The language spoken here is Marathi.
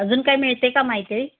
अजून काय मिळते का माहिती